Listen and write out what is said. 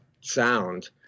sound